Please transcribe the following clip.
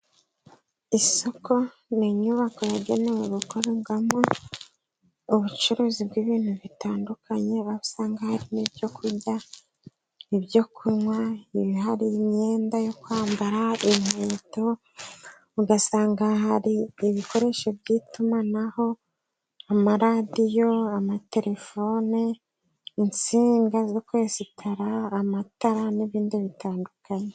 Isoko ni inyubako yagenewe gukorerwamo ubucuruzi bw'ibintu bitandukanye, aho usanga harimo ibyo kurya, ibyo kunywa, hari imyenda yo kwambara, inkweto, ugasanga hari ibikoresho by'itumanaho, amaradiyo, amaterefone, insinga zo kwesitara, amatara, n'ibindi bitandukanye.